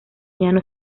llano